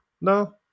No